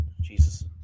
Jesus